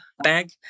bag